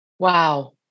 Wow